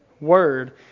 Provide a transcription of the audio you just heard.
word